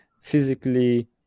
physically